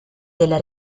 della